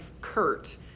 Kurt